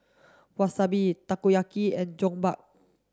Wasabi Takoyaki and Jokbal